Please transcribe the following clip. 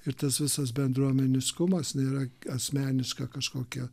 ir tas visas bendruomeniškumas nėra asmeniška kažkokia